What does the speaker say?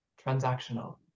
transactional